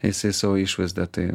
jisai savo išvaizda tai